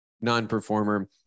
non-performer